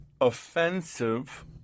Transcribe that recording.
offensive